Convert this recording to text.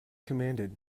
commanded